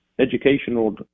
educational